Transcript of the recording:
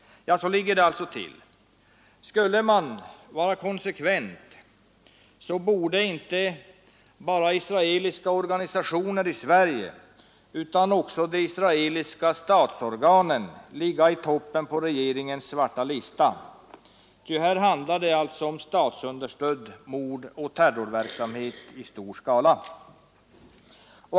Så ligger det alltså till. Skulle man vara konsekvent, borde inte bara israeliska organisationer i Sverige utan också de israeliska statsorganen ligga i toppen på regeringens svarta lista. Här handlar det ju om statsunderstödd mordoch terroristverksamhet i stor skala.